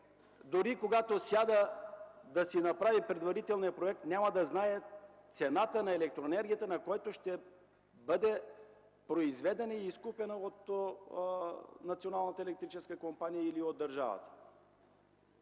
дори когато сяда да си направи предварителния проект, няма да знае цената на електроенергията, на която ще бъде произведена и изкупена тя от Националната